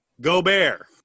Gobert